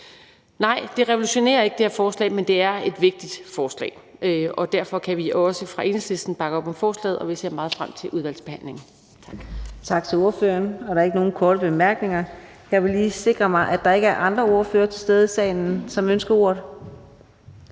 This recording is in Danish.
forslag revolutionerer ikke, men det er et vigtigt forslag. Derfor kan vi også fra Enhedslistens side bakke op om forslaget, og vi ser meget frem til udvalgsbehandlingen. Kl. 18:29 Fjerde næstformand (Karina Adsbøl): Tak til ordføreren. Der er ikke nogen korte bemærkninger. Jeg skal lige sikre mig, at der ikke er andre ordførere til stede i salen, som ønsker ordet.